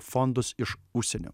fondus iš užsienio